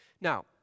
Now